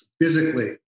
physically